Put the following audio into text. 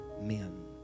men